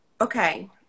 okay